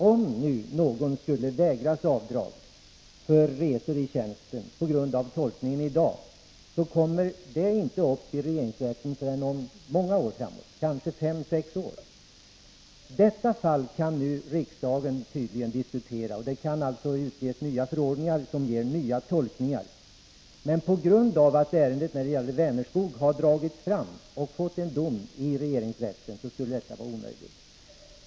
Om nu någon skulle vägras avdrag för resor i tjänsten på grund av tolkningen i dag kommer det inte upp i regeringsrätten förrän om många år, kanske om fem sex år. Detta fall kan nu riksdagen tydligen diskutera, och det kan alltså utges nya förordningar som ger nya tolkningar. Men på grund av att ärendet om Vänerskog har dragits fram och fått en dom i regeringsrätten skulle detta vara omöjligt!